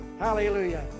Hallelujah